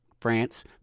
France